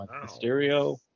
Mysterio